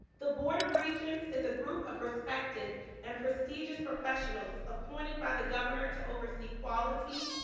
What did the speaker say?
the board of regents is a group of respected and prestigious professionals appointed by the governor to oversee quality,